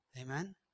Amen